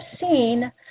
seen